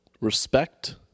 respect